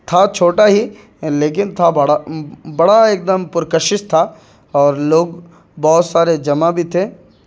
تھا چھوٹا ہی لیکن تھا بڑا بڑا ایک دم پرکشش تھا اور لوگ بہت سارے جمع بھی تھے